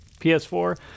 PS4